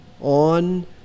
on